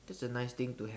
that's a nice thing to